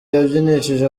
yabyinishije